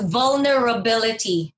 vulnerability